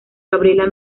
gabriela